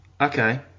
okay